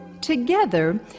Together